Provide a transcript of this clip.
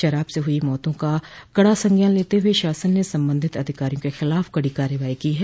शराब से हुई मौतों का कड़ा संज्ञान लेते हुए शासन ने संबंधित अधिकारियों के खिलाफ कड़ी कार्रवाई की है